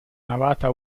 navata